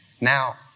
Now